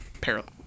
parallel